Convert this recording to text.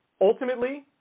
ultimately